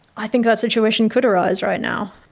i think that situation could arise right now.